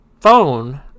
phone